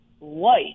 light